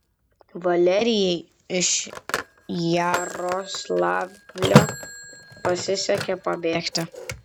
valerijai iš jaroslavlio pasisekė pabėgti